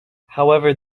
however